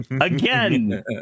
again